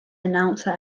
announcer